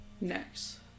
Next